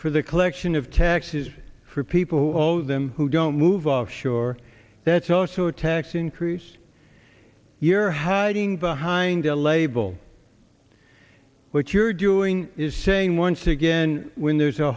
for the collection of taxes for people who owe them who don't move offshore that's also a tax increase you're hiding behind a label what you're doing is saying once again when there's a